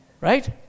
Right